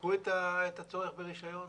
ניתקו את הצורך ברישיון?